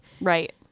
Right